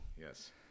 Yes